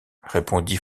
répondit